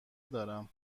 دارم